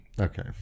Okay